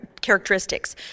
characteristics